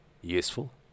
useful